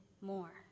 more